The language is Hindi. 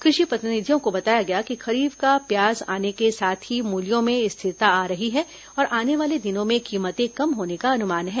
कृषि प्रतिनिधियों ने बताया कि खरीफ का प्याज आने के साथ ही मूल्यों में स्थिरता आ रही है और आने वाले दिनों में कीमतें कम होने का अनुमान है